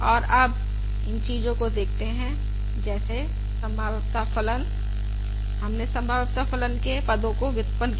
और अब इन चीजों को देखते हैं जैसे संभाव्यता फलन हमने संभाव्यता फलन के पद को व्युत्पन्न किया